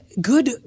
Good